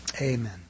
Amen